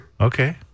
Okay